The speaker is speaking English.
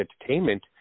entertainment